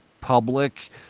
public